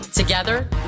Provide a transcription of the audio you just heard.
Together